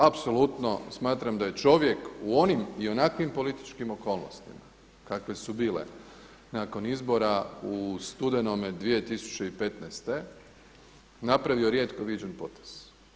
Apsolutno smatram da je čovjek u onim i u onakvim političkim okolnostima kakve su bile nakon izbora u studenome 2015. napravio rijetko viđen potez.